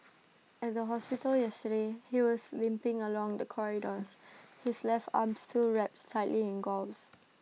at the hospital yesterday he was limping along the corridors his left arm still wrapped tightly in gauze